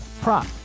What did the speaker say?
prop